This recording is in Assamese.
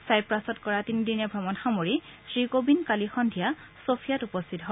চাইপ্ৰাছত কৰা তিনিদিনীয়া ভ্ৰমণ সামৰি শ্ৰীকোবিন্দ কালি সদ্ধিয়া ছফিয়াত উপস্থিত হয়